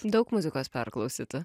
daug muzikos perklausyta